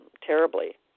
terribly